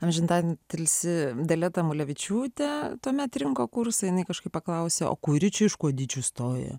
amžinatilsį dalia tamulevičiūtė tuomet rinko kursą jinai kažkaip paklausė o kuri čia iš kuodyčių stojo